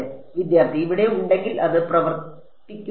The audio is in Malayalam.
വിദ്യാർത്ഥി ഇവിടെ ഉണ്ടെങ്കിൽ അത് പ്രവർത്തിക്കുന്നില്ല